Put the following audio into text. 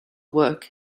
work